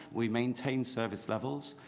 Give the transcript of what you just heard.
we maintain service levels,